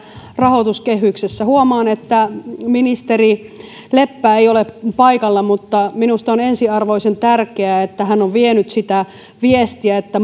rahoituskehyksessä huomaan että ministeri leppä ei ole paikalla mutta minusta on ensiarvoisen tärkeää että hän on vienyt sitä viestiä että